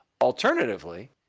Alternatively